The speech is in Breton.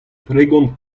tregont